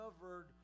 covered